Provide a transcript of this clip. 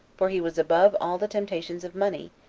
for he was above all the temptations of money,